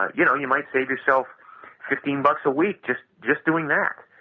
ah you know you might save yourself fifteen bucks a week just just doing that,